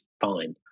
fine